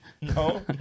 No